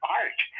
art